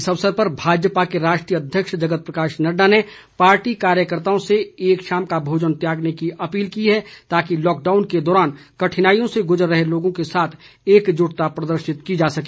इस अवसर पर भाजपा के राष्ट्रीय अध्यक्ष जगत प्रकाश नड्डा ने पार्टी कार्यकर्ताओं से एक शाम का भोजन त्यागने की अपील की है ताकि लॉकडाउन के दौरान कठिनाइयों से गुजर रहे लोगों के साथ एकजुटता प्रदर्शित की जा सके